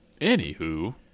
Anywho